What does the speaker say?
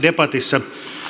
debatissa